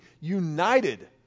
united